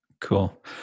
Cool